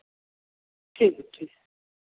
ठीक है ठीक है